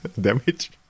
damage